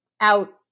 out